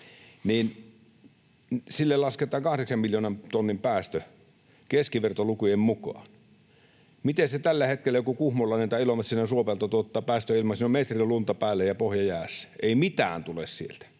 Sille lasketaan kahdeksan miljoonan tonnin päästö keskivertolukujen mukaan. Miten tällä hetkellä joku kuhmolainen tai ilomantsilainen suopelto tuottaa päästöjä ilmaan? Siinä on metri lunta päällä ja pohja jäässä. Ei mitään tule sieltä.